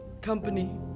company